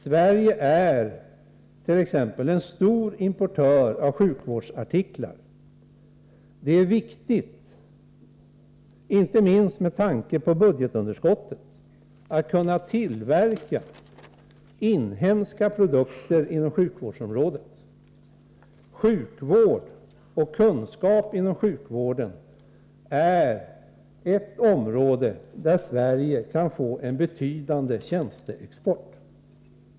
Sverige är t.ex. en stor importör av sjukvårdsartiklar. Det är viktigt, inte minst med tanke på budgetunderskottet, att inom landet kunna tillverka en mängd produkter på sjukvårdsområdet. Sjukvård och kunskap inom sjukvården är ett område där Sverige kan få en betydande tjänsteexport.